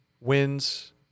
wins